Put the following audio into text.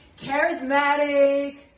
charismatic